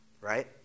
Right